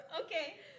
Okay